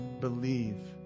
believe